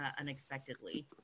unexpectedly